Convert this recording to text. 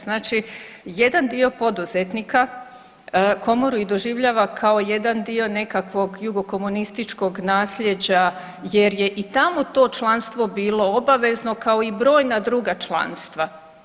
Znači jedan dio poduzetnika Komoru doživljava kao jedan dio nekakvog jugo komunističkog nasljeđa jer je i tamo to članstvo bilo obavezno kao i brojna druga članstva.